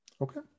okay